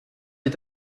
est